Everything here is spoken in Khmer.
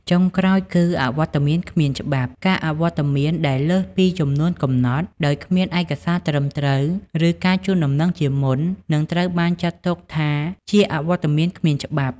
ចុងក្រោយគឺ អវត្តមានគ្មានច្បាប់ ការអវត្តមានដែលលើសពីចំនួនកំណត់ ដោយគ្មានឯកសារត្រឹមត្រូវ ឬការជូនដំណឹងជាមុន នឹងត្រូវបានចាត់ទុកថាជា អវត្តមានគ្មានច្បាប់។